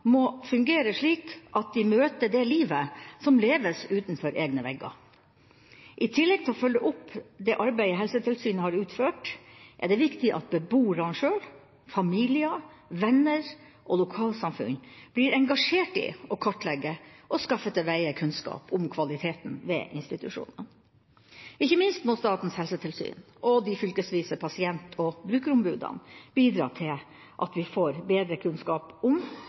må fungere slik at de møter det livet som leves utenfor egne vegger. I tillegg til å følge opp det arbeidet Helsetilsynet har utført, er det viktig at beboerne selv, familier, venner og lokalsamfunn blir engasjert i å kartlegge og skaffe til veie kunnskap om kvaliteten ved institusjonene. Ikke minst må Statens helsetilsyn og de fylkesvise pasient- og brukerombudene bidra til at vi får bedre kunnskap om